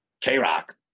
K-Rock